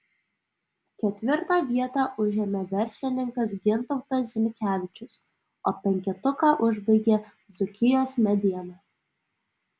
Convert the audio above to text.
ketvirtą vietą užėmė verslininkas gintautas zinkevičius o penketuką užbaigė dzūkijos mediena